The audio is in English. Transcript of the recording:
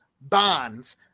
bonds